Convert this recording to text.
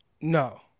No